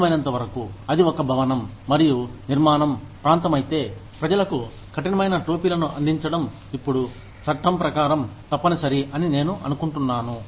సాధ్యమైనంతవరకు అది ఒక భవనం మరియు నిర్మాణం ప్రాంతం అయితే ప్రజలకు కఠినమైన టోపీలను అందించడం ఇప్పుడు చట్టం ప్రకారం తప్పనిసరి అని నేను అనుకుంటున్నాను